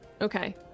Okay